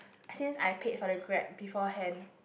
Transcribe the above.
since I paid for the Grab beforehand